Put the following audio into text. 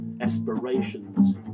aspirations